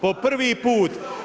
Po prvi put.